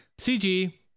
CG